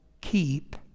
keep